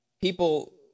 people